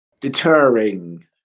deterring